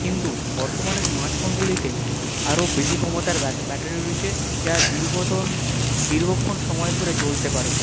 কিন্তু বর্তমানে স্মার্টফোনগুলিতে আরও বেশি ক্ষমতার ব্যাটারি রয়েছে যা দীর্ঘতন দীর্ঘক্ষণ সময় ধরে চলতে পারে